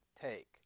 take